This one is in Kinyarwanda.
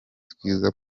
twiza